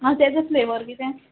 आं तेजो फ्लेवर कितें